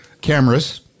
cameras